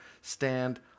stand